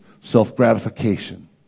self-gratification